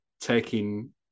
taking